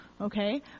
Okay